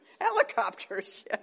helicopters